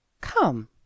come